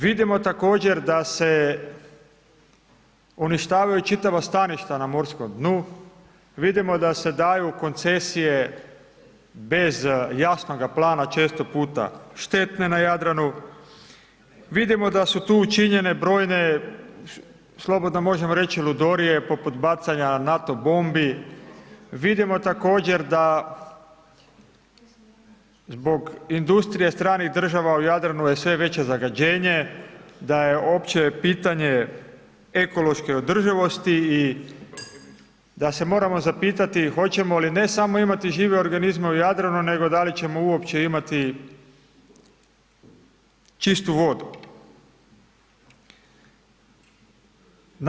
Vidimo također da se uništavaju čitava staništa na morskom dnu, vidimo da se daju koncesije bez jasnoga plana, često puta štetne na Jadranu, vidimo da su tu učinjene brojne, slobodno možemo reći ludorije poput bacanja NATO bombi, vidimo također da zbog industrije stranih država u Jadranu je sve veće zagađenje, da je uopće pitanje ekološke održivosti i da se moramo zapitati hoćemo li ne samo imati žive organizme u Jadranu nego da li ćemo uopće imati čistu vodu.